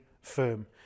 firm